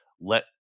let